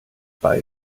bei